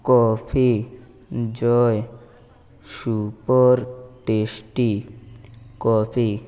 coffee joy super tasty coffee